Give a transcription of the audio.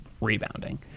rebounding